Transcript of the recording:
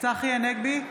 צחי הנגבי,